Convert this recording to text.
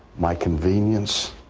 my convenience,